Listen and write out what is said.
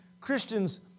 Christians